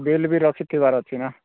bill ବି ରଖିଥିବାର ଅଛି ନା